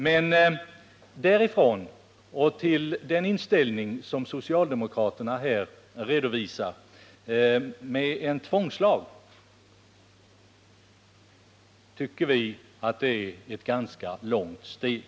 Men därifrån och till den inställning socialdemokraterna här redovisar — de vill ha en tvångslag — tycker vi att det är ett ganska långt steg.